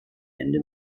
ende